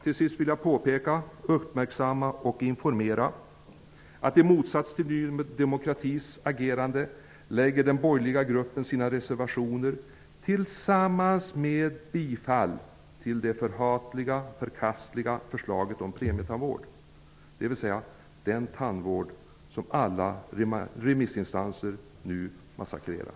Till sist vill jag påpeka, uppmärksamma och informera, att i motsats till Ny demokratis agerande lägger den borgerliga gruppen fram sina reservationer tillsammans med ett yrkande om bifall till det förhatliga och förkastliga förslaget om premietandvård, dvs. det förslag till tandvård som alla remissinstanser nu massakrerat.